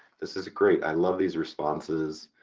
this is great. i love these responses.